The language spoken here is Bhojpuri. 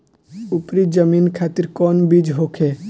उपरी जमीन खातिर कौन बीज होखे?